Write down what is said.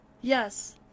Yes